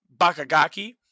Bakagaki